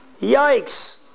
Yikes